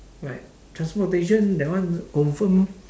right transportation that one confirm